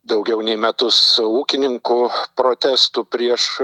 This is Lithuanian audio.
daugiau nei metus ūkininkų protestų prieš